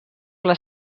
les